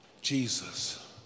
Jesus